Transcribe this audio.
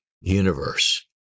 universe